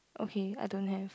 okay I don't have